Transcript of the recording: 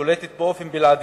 שולטת באופן בלעדי,